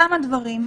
כמה דברים.